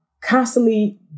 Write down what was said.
constantly